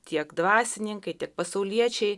tiek dvasininkai tiek pasauliečiai